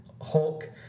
Hulk